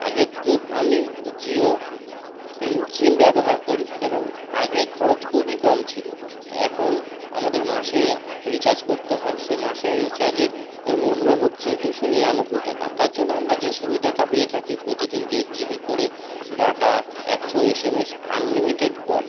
আগের তো আমি জিও সিম ব্যবহার করি এবং আগে খরচ খুবই কম ছিল এখন আমাদের মাসে রিচার্জ করতে হয় সে মাসে রিচার্জের এর মূল্য হচ্ছে দুশো নিরানব্বই টাকা তার জন্য আমরা যে সুবিধাটা পেয়ে থাকি প্রতিদিন দেড় জিবি করে ডাটা একশো এসএমএস আনলিমিটেড কল